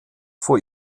vor